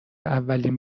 اولین